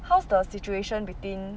how's the situation between